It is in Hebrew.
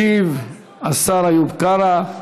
ישיב השר איוב קרא.